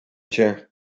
cię